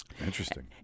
Interesting